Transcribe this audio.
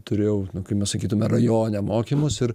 turėjau nu kai mes sakytume rajone mokymus ir